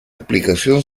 explicación